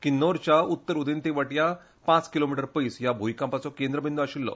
किन्नोरच्या उत्तर उदेंते वटयां पांच किमी पयस ह्या भुंयकापाचो केंद्रबिंद् आशिल्लो